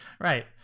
right